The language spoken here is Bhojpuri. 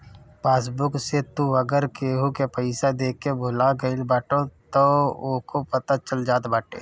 पासबुक से तू अगर केहू के पईसा देके भूला गईल बाटअ तअ उहो पता चल जात बाटे